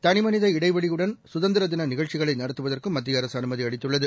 தளிமனித இடைவெளியுடன் சுதந்திர தின நிகழ்ச்சிகளை நடத்துவதற்கும் மத்திய அரசு அனுமதி அளித்துள்ளது